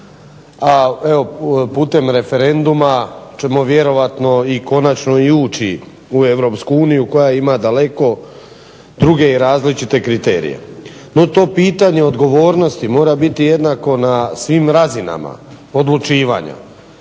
putem referenduma ćemo vjerojatno i konačno i ući u Europsku uniju koja ima daleko druge različite kriterije. No, to pitanje odgovornosti mora biti jednako na svim razinama odlučivanja.